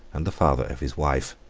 and the father of his wife.